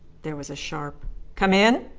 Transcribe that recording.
there was a sharp come in!